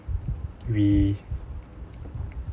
we